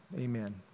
Amen